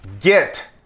get